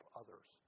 others